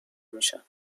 میشن